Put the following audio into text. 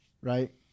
Right